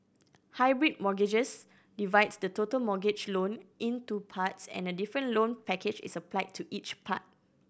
hybrid mortgages divides the total mortgage loan into parts and a different loan package is applied to each part